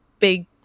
big